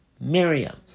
Miriam